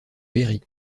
berry